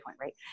right